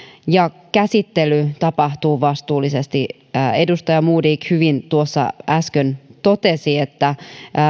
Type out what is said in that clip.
ja käsittely tapahtuu vastuullisesti edustaja modig hyvin tuossa äsken totesi että